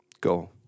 Go